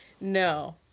No